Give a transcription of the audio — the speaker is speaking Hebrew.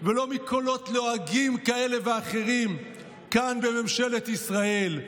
ולא מקולות לועגים כאלה ואחרים כאן, בממשלת ישראל.